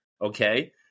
okay